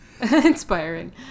Inspiring